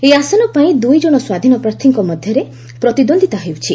ଏହି ଆସନପାଇଁ ଦୁଇ ଜଣ ସ୍ୱାଧୀନ ପ୍ରାର୍ଥୀଙ୍କ ମଧ୍ୟରେ ପ୍ରତିଦ୍ୱନ୍ଦିତା ହେଉଛି